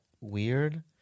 weird